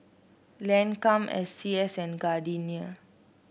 Lancome S C S and Gardenia